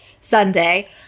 Sunday